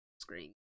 screen